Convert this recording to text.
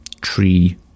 tree